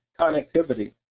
connectivity